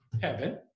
heaven